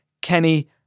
Kenny